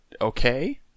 okay